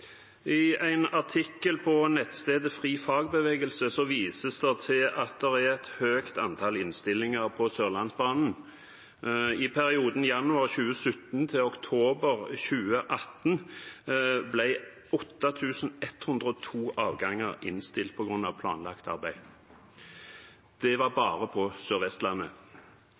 I en artikkel på nettstedet frifagbevegelse.no vises det til at det er et høyt antall innstillinger på Sørlandsbanen. I perioden januar 2017–oktober 2018 ble 8 102 avganger innstilt på grunn av planlagt arbeid. Og det var bare på